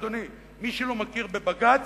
אדוני, מי שלא מכיר בבג"ץ,